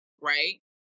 right